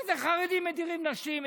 מה זה חרדים מדירים נשים?